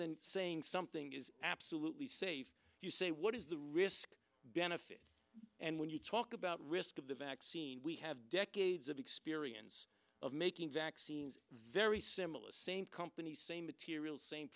than saying something is absolutely safe you say what is the risk benefit and when you talk about risk of the vaccine we have decades of experience of making vaccines very similar same company same materials sa